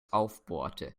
aufbohrte